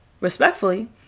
respectfully